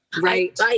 Right